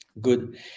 Good